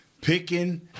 picking